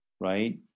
right